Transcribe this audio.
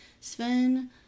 Sven